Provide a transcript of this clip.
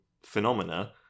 phenomena